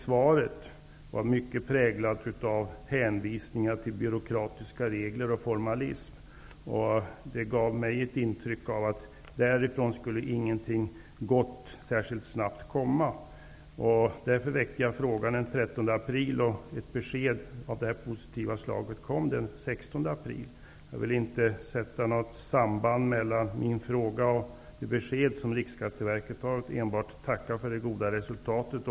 Svaret var mycket präglat av hänvisningar till byråkratiska regler och formalism. Det gav mig ett intryck av att ingenting gott skulle komma därifrån särskilt snabbt. Därför väckte jag frågan den 13 april, och ett besked av detta positiva slag kom den 16 april. Jag vill inte sätta något samband mellan min fråga och det besked som Riksskatteverket har lämnat utan enbart tacka för det goda resultatet.